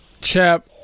Chap